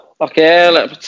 Okay